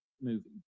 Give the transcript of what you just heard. movie